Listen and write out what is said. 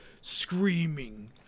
screaming